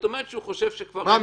אומרת שהוא חושב --- למה אנחנו קיימים?